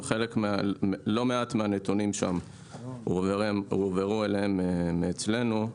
אבל לא מעט מהנתונים שם הועברו אליהם מאיתנו.